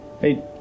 hey